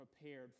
prepared